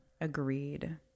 agreed